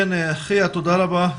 תודה רבה אחיה.